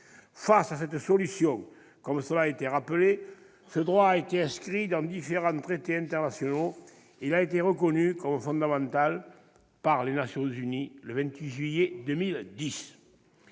Face à cette situation, comme cela a été rappelé, ce droit a été inscrit dans différents traités internationaux et il a été reconnu comme fondamental par les Nations unies le 28 juillet 2010.